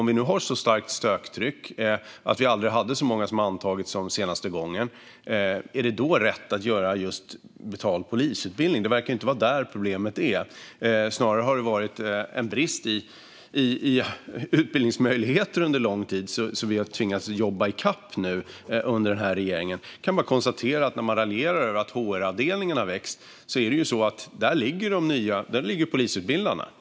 Om det är så starkt söktryck - det har aldrig varit så många som har antagits som senaste gången - är det då rätt att göra om till en betald polisutbildning? Det verkar inte vara där problemet finns. Snarare har det varit en brist i utbildningsmöjligheter under lång tid så att den här regeringen har tvingats jobba i kapp. När man nu raljerar över att HR-avdelningen har vuxit kan jag konstatera att det är där polisutbildarna finns.